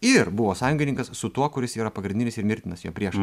ir buvo sąjungininkas su tuo kuris yra pagrindinis ir mirtinas jo priešas